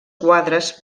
quadres